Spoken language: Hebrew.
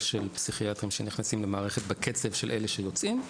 כרגע מאגר חדש של פסיכיאטרים שנכנסים למערכת בקצב של אלה שיוצאים.